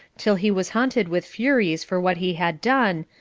till he was haunted with furies for what he had done,